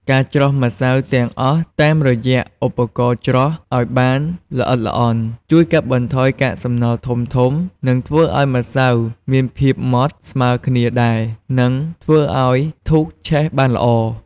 ការច្រោះម្សៅទាំងអស់តាមរយៈឧបករណ៍ច្រោះឱ្យបានល្អិតល្អន់ជួយកម្ចាត់កាកសំណល់ធំៗ និងធ្វើឱ្យម្សៅមានភាពម៉ដ្ឋស្មើគ្នាដែល នឹងធ្វើឱ្យធូបឆេះបានល្អ។